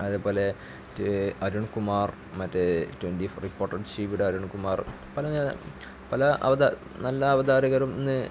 അതുപോലെ തന്നെ അരുൺ കുമാർ മറ്റേ ട്വൻറ്റി ഫോർ റിപ്പോർട്ടർ ടി വിയുടെ അരുൺ കുമാർ അങ്ങനെ പല നല്ല അവതാരകരും